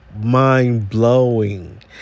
mind-blowing